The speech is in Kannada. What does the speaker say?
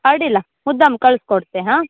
ಅಡ್ಡಿಲ್ಲ ಮುದ್ದಾಂ ಕಳಿಸ್ಕೊಡ್ತೆ ಹಾಂ